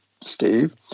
Steve